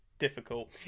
difficult